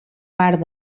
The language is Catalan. part